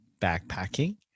backpacking